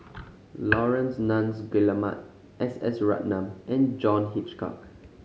Laurence Nunns Guillemard S S Ratnam and John Hitchcock